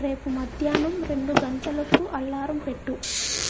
రేపు మధ్యాహ్నం రెండు గంటలకు అల్లారం పెట్టు